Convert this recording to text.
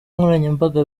nkoranyambaga